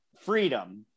freedom